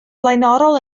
flaenorol